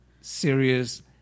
serious